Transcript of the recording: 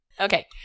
Okay